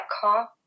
car